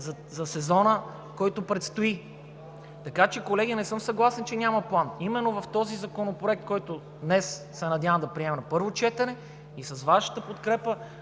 за сезона, който предстои. Колеги, не съм съгласен, че няма план. Именно в този законопроект, който днес се надявам да приемем на първо четене, и с Вашата подкрепа